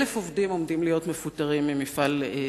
1,000 עובדים עומדים להיות מפוטרים ממפעל "תפרון"